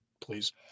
please